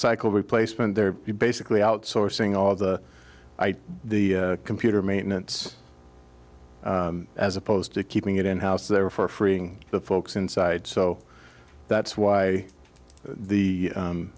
cycle replacement they're basically outsourcing all of the the computer maintenance as opposed to keeping it in house there for freeing the folks inside so that's why the